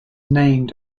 named